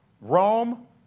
Rome